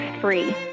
free